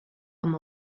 amb